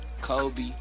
Kobe